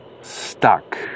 stuck